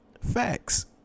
Facts